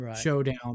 showdown